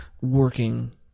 working